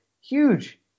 huge